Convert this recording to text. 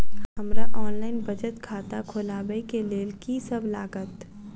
हमरा ऑनलाइन बचत खाता खोलाबै केँ लेल की सब लागत?